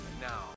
now